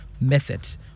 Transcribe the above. methods